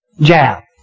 jab